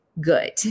good